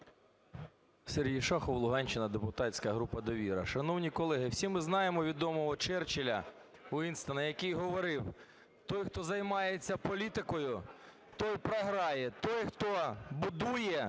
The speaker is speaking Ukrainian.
Сергій Шахов, Луганщина, депутатська група "Довіра". Шановні колеги, всі ми знаємо відомого Черчилля Вінстона, який говорив: "Той, хто займається політикою, той програє. Той, хто будує,